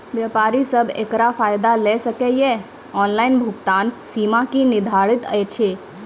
व्यापारी सब एकरऽ फायदा ले सकै ये? ऑनलाइन भुगतानक सीमा की निर्धारित ऐछि?